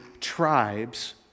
tribes